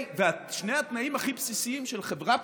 שני התנאים הכי בסיסיים של חברה פתוחה,